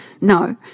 no